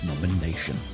nomination